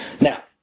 Now